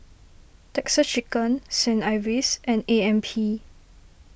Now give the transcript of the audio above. Texas Chicken Saint Ives and A M P